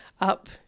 up